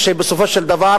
בסופו של דבר